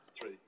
Three